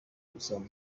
gusaba